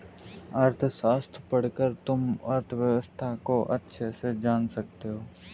अर्थशास्त्र पढ़कर तुम अर्थव्यवस्था को अच्छे से जान सकते हो